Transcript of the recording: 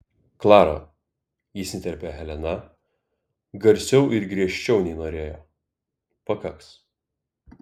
klara įsiterpia helena garsiau ir griežčiau nei norėjo pakaks